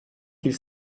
qu’il